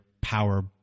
power